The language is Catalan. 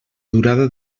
durada